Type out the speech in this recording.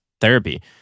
therapy